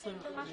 הלאה.